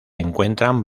encuentran